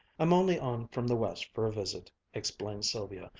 i'm only on from the west for a visit, explained sylvia.